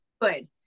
good